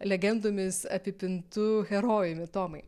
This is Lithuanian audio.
legendomis apipintu herojumi tomai